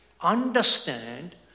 understand